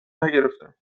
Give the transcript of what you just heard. نگرفتم